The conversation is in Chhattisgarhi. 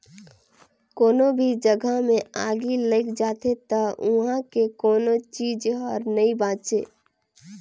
कोनो भी जघा मे आगि लइग जाथे त उहां के कोनो चीच हर नइ बांचे